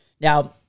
Now